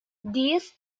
these